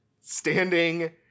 standing